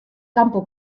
kanpo